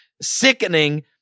sickening